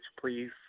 please